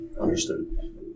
Understood